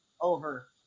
over